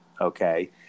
Okay